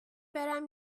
برم